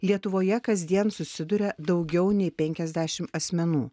lietuvoje kasdien susiduria daugiau nei penkiasdešim asmenų